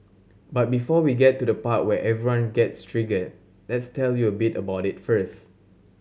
but before we get to the part where everyone gets triggered let's tell you a bit about it first